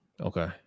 okay